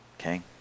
okay